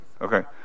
Okay